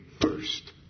first